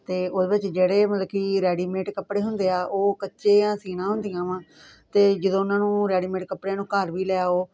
ਤੇ ਉਹਦੇ ਵਿੱਚ ਜਿਹੜੇ ਮਤਲਬ ਕੀ ਰੈਡੀਮੇਡ ਕੱਪੜੇ ਹੁੰਦੇ ਆ ਉਹ ਕੱਚੀਆਂ ਸੀਣਾ ਹੁੰਦੀਆਂ ਵਾਂ ਤੇ ਜਦੋਂ ਉਨ੍ਹਾਂ ਨੂੰ ਰੈਡੀਮੇਡ ਕੱਪੜਿਆਂ ਨੂੰ ਘਰ ਵੀ ਲੈ ਆਓ